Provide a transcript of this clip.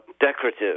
decorative